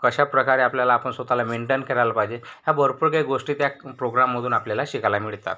कशा प्रकारे आपल्याला आपण स्वतःला मेंटेन करायला पाहिजे ह्या भरपूर काही गोष्टी त्या प्रोग्राममधून आपल्याला शिकायला मिळतात